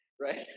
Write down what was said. right